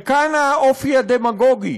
וכאן האופי הדמגוגי